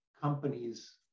companies